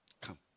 Come